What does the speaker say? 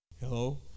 Hello